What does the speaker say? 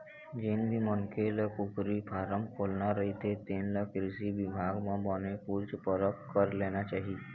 जेन भी मनखे ल कुकरी फारम खोलना रहिथे तेन ल कृषि बिभाग म बने पूछ परख कर लेना चाही